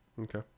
Okay